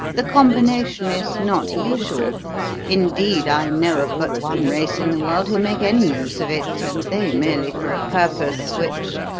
the combination is not usual indeed, i know of but one race in the world who make any use of it, and they merely for a purpose which,